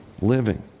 living